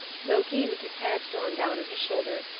loki, with his head drawn down on his shoulders,